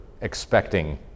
expecting